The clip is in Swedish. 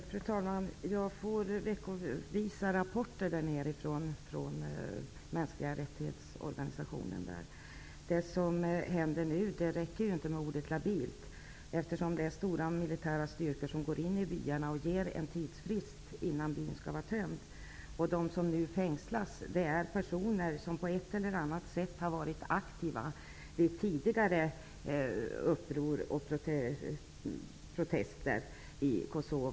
Fru talman! Jag får rapporter veckovis ifrån mänskliga rättighetsorganisationen där nere. Det räcker inte att använda ordet labilt när man talar om vad som händer nu. Det är ju stora militära styrkor som går in i byarna. De ger en tidsfrist innan byn skall vara tömd. De som nu fängslas är personer som på ett eller annat sätt har varit aktiva vid tidigare uppror och protester i Kosova.